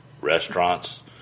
restaurants